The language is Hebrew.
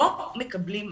לא מקבלים מענה.